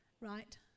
right